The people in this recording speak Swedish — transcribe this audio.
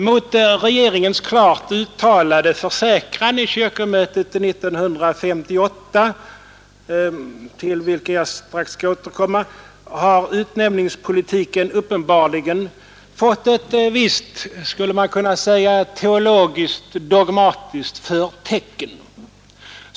Mot regeringens klart uttalade försäkran vid kyrkomötet 1958, till vilken jag strax skall återkomma, har utnämningspolitiken uppenbarligen fått ett visst teologiskt dogmatiskt förtecken.